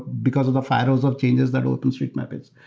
because of the firewalls of changes that openstreetmap is.